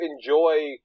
enjoy